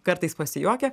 kartais pasijuokia